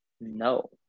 No